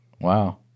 Wow